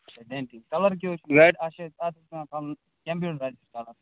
اَچھا denting colour کیٛاہ چھُ حظ چھُ گاڑِ اَتھ چھُ اَتھ چھُ پٮ۪وان کرُن کَمپیٛوٗٹرایزٕڈ کَلَر